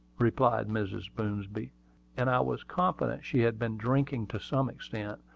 replied mrs. boomsby and i was confident she had been drinking to some extent,